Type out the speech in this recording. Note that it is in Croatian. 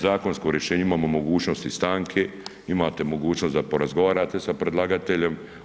Zakonsko rješenje imamo mogućnosti stanke, imate mogućnost da porazgovarate sa predlagateljem.